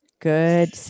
Good